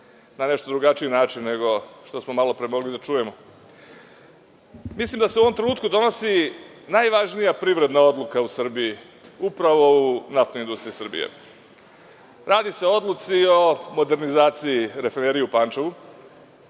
na nešto drugačiji način nego što smo malopre mogli da čujemo. Mislim da se u ovom trenutku donosi najvažnija privredna odluka u Srbiji, upravo u Naftnoj industriji Srbije. Radi se o odluci o modernizaciji Rafinerije u Pančevu,